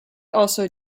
also